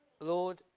Lord